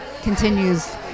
continues